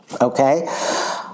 Okay